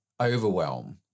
overwhelm